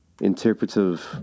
interpretive